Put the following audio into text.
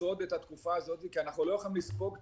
לשרוד את התקופה הזאת כי אנחנו לא יכולים לספוג את